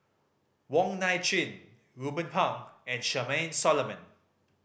Wong Nai Chin Ruben Pang and Charmaine Solomon